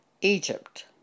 Egypt